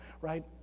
right